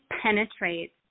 penetrates